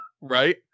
right